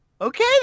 Okay